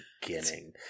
beginning